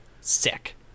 sick